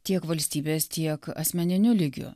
tiek valstybės tiek asmeniniu lygiu